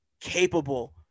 capable